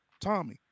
Tommy